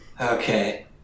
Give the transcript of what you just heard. Okay